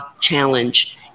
challenge